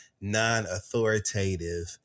non-authoritative